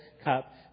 cup